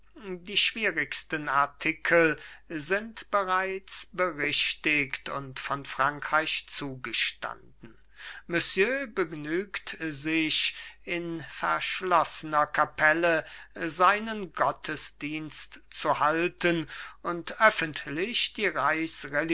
die schwierigsten artikel sind bereits berichtigt und von frankreich zugestanden monsieur begnügt sich in verschlossener kapelle seinen gottesdienst zu halten und öffentlich die